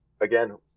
Again